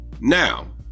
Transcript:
Now